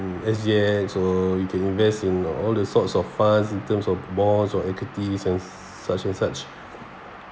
S_G_X or you can invest in all the sorts of funds in terms of bonds or equities and such and such